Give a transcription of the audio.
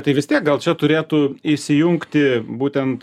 tai vis tiek gal čia turėtų įsijungti būtent